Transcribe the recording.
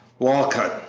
walcott,